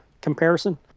comparison